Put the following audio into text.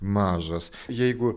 mažas jeigu